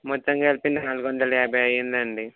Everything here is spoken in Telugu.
మొత్తం కలిపి నాలుగు వందల యాభై అయ్యింది అండి